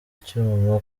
icyuma